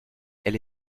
elle